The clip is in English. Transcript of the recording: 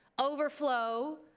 overflow